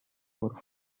por